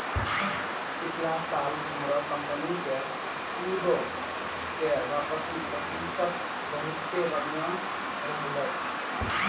पिछला साल हमरो कंपनी के सूदो के वापसी प्रतिशत बहुते बढ़िया रहलै